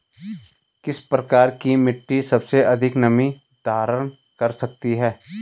किस प्रकार की मिट्टी सबसे अधिक नमी धारण कर सकती है?